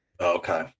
okay